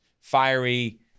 fiery